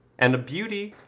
and a beauty,